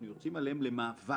אנחנו יוצאים עליהם למאבק